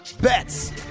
bets